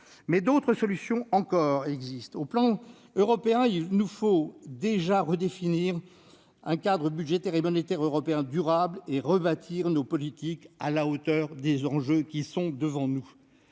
an. D'autres solutions existent. À l'échelon européen, il nous faut déjà redéfinir un cadre budgétaire et monétaire durable et rebâtir nos politiques à la hauteur des enjeux qui sont devant nous.